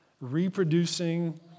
reproducing